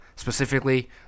Specifically